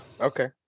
Okay